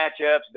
matchups